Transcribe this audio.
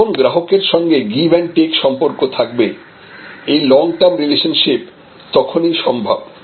যখন গ্রাহকের সঙ্গে গিভ এন্ড টেক সম্পর্ক থাকবে এই লং টার্ম রিলেশনশিপ তখনই সম্ভব